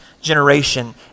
generation